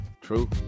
true